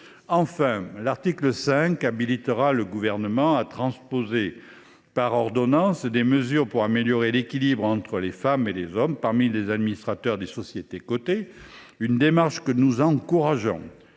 Enfin, l’article 5 habilite le Gouvernement à transposer par ordonnances des mesures pour améliorer l’équilibre entre les femmes et les hommes parmi les administrateurs des sociétés cotées. Nous encourageons